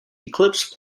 eclipse